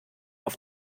auf